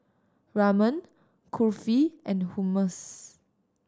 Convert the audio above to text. Ramen Kulfi and Hummus